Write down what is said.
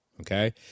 Okay